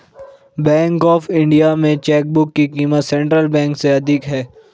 bank of India में chequebook की क़ीमत सेंट्रल बैंक से अधिक है